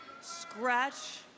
scratch